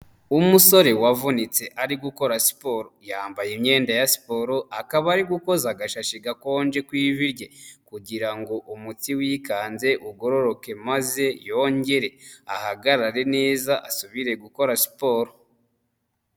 Umusore wavunitse ari gukora siporo yambaye imyenda ya siporo akaba ari gukoza agashashi gakonje ku ivi rye kugira ngo umuti wikanze ugororoke maze yongere ahagarare neza asubire gukora siporo.